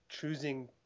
choosing